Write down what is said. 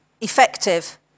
effective